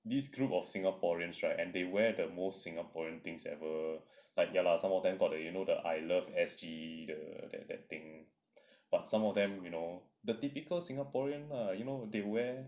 this group of singaporeans right and they wear the most singaporean things ever but ya lah some of them got the you know the I love S_G the that that thing but some of them you know the typical singaporean lah you know they wear